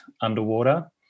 underwater